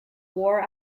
war